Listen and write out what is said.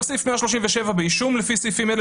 אומר סעיף 137 "באישום לפי סעיפים אלה